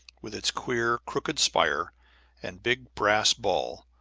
with its queer, crooked spire and big brass ball,